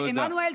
אז עמנואל,